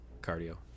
Cardio